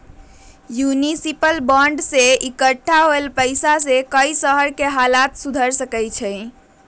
municipal bond से इक्कठा होल पैसा से कई शहर के हालत सुधर सका हई